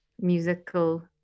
musical